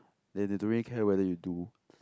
then they don't really care whether you do